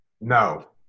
No